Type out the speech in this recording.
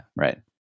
Right